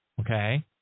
Okay